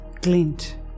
glint